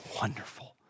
wonderful